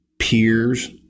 peers